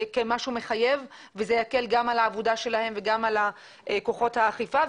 כמשהו מחייב וזה יקל גם על העבודה שלהם וגם על כוחות האכיפה.